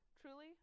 Truly